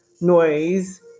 noise